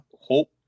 hope